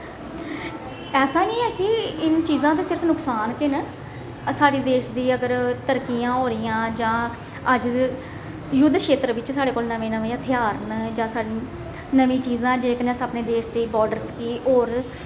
ऐसा नेईं ऐ कि इन चीजां दे सिर्फ नकसान गै न साढ़ी देश दी अगर तरक्कियां होआ दी जां अज्ज दे युद्ध क्षेत्र बिच्च साढ़े कोल नमें नमें हथियार न जां सानूं नमीं चीजां जेह्दे कन्नै अस अपने देश दे बार्डर स्कीम होर